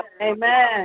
Amen